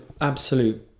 absolute